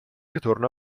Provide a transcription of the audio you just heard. ritorno